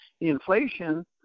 Inflation